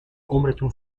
عمرتون